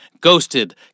Ghosted